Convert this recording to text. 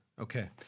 Okay